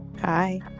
Hi